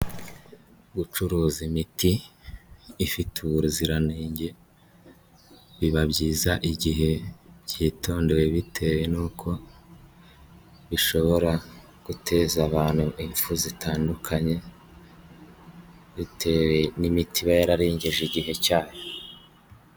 Gucuruza imiti ifite ubuziranenge, biba byiza igihe byitondewe bitewe n'uko bishobora guteza abantu impfu zitandukanyewe n'imiti iba yararengeje igihe cyayo.